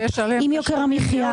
עם יוקר המחיה,